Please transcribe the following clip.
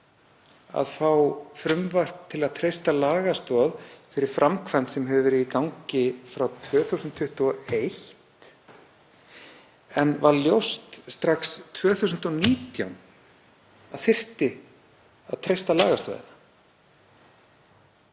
að fá frumvarp til að treysta lagastoð fyrir framkvæmd sem hefur verið í gangi frá 2021 en var ljóst strax 2019 að þyrfti að treysta lagastoðina